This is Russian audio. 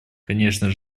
конечно